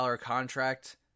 contract